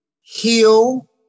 heal